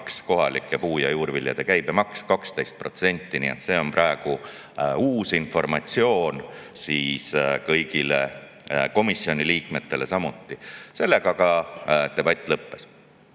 kohalike puu‑ ja juurviljade käibemaks 12%. See on praegu uus informatsioon ka kõigile komisjoni liikmetele. Sellega debatt lõppes.